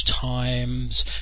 times